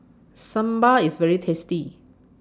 Sambal IS very tasty